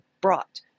brought